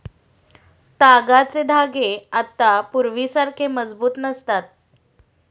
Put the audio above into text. तागाचे धागे आता पूर्वीसारखे मजबूत नसतात